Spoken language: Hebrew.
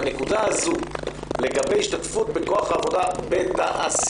בנקודה הזו לגבי השתתפות בכוח העבודה בתעשייה,